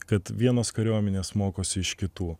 kad vienos kariuomenės mokosi iš kitų